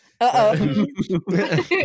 Uh-oh